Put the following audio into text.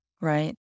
Right